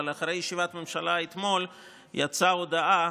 אבל אחרי ישיבת ממשלה אתמול יצאה הודעה